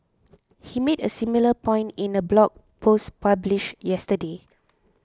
he made a similar point in a blog post published yesterday